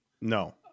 No